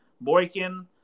Boykin